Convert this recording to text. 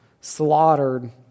slaughtered